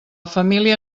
família